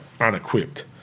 unequipped